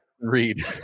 read